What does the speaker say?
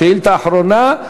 שאילתה אחרונה,